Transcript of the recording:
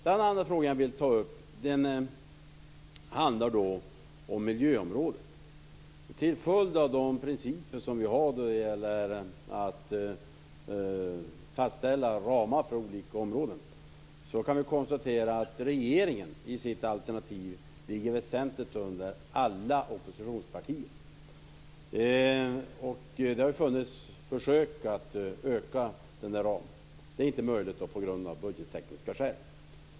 Den andra fråga jag vill ta upp gäller miljöområdet. Till följd av de principer vi har när det gäller att fastställa ramar för olika områden kan vi konstatera att regeringen i sitt alternativ ligger väsentligt under alla oppositionspartier. Det har gjorts försök att öka ramen, men det är inte möjligt av budgettekniska skäl.